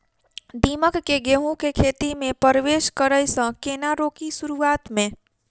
दीमक केँ गेंहूँ केँ खेती मे परवेश करै सँ केना रोकि शुरुआत में?